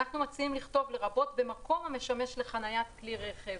אנחנו מציעים לכתוב: "לרבות במקום שמשמש לחניית כלי רכב".